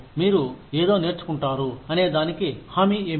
మీరు ఏదో నేర్చుకుంటారు అనే దానికి హామీ ఏమిటి